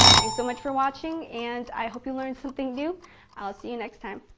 thanks so much for watching and i hope you learned something new i'll see you next time.